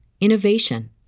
innovation